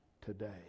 today